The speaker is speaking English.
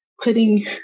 putting